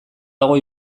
dago